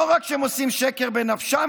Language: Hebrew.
לא רק שהם עושים שקר בנפשם,